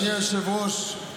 אדוני היושב-ראש,